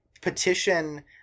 Petition